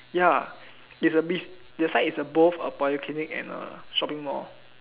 ya it's a beach that side is a both a polyclinic and a shopping mall